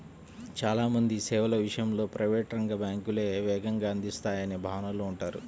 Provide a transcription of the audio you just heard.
చాలా మంది సేవల విషయంలో ప్రైవేట్ రంగ బ్యాంకులే వేగంగా అందిస్తాయనే భావనలో ఉంటారు